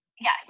Yes